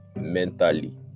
mentally